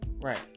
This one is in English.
Right